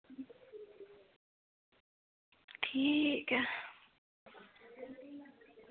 ठीक ऐ